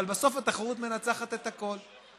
אבל בסוף התחרות מנצחת את הכול.